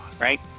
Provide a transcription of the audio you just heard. Right